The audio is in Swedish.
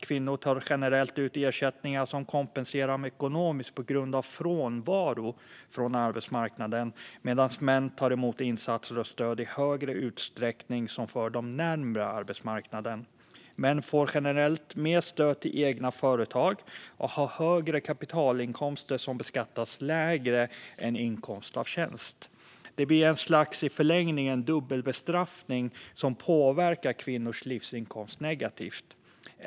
Kvinnor tar generellt ut ersättningar som kompenserar dem ekonomiskt på grund av frånvaro från arbetsmarknaden, medan män i större utsträckning tar emot insatser och stöd som för dem närmare arbetsmarknaden. Män får generellt mer stöd till egna företag och har högre kapitalinkomster som beskattas lägre än inkomst av tjänst. Det blir i förlängningen ett slags dubbelbestraffning som påverkar kvinnors livsinkomst negativt.